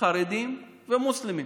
חרדים ומוסלמים,